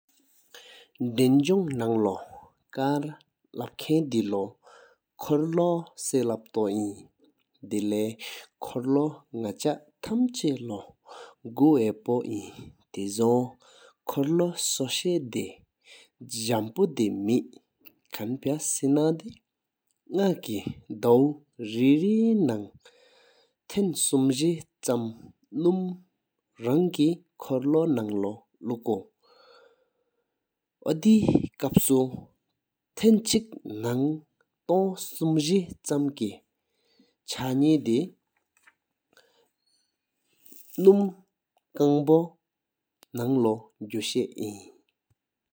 དེན་ཇོང་ནང་ལོ་ཅན་ལབ་ཁང་དེ་ལོ་འཁོར་ལོ་སེ་ལབ་ཏོ་ཡིན། དེ་ལེ་གཡོགས་ལོ་ནག་ཆ་ཐམ་ཆ་ལོ་གོ་ཧ་པོ་ཡིན། དེ་སྒེའུ་འཁོར་ལོ་ཤོ་ཤིལ་འདེ་འཇམ་དབྱངས་འདི་མི། ཁང་ཕའི་སེ་ན་དེ་ནག་ཆ་དོའོ་རེ་རེ་ནང་ཐང་གསུམ་བཞི་སྐུར་ནུམ་རང་ཀི་འཁོར་ལོ་ནང་ལོ་ལུ་ཀོ། ཨ་ཁེ་གང་བ་སུ་ཐང་ཕུཏཧ་བ་ལོ་མི་བཞེས་སྤྱད།